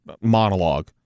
monologue